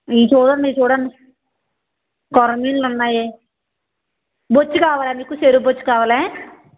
ఇవి చూడండి ఇవి చూడండి కోరామేలు ఉన్నాయి బొచ్చు కావాలా మీకు చెరువు బొచ్చు కావాలా